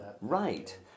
Right